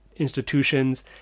institutions